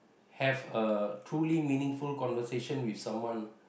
have a fully meaningful conversation with someone